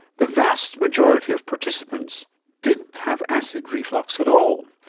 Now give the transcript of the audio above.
the vast majority of participants didn't have acid reflux at all,